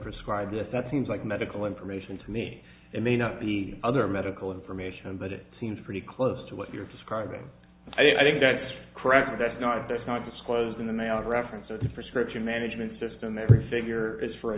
prescribe this that seems like medical information to me it may not be other medical information but it seems pretty close to what you're describing i think that's correct that's not that's not disclosed in the mail reference or the prescription management system every figure is for a